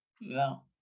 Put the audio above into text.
No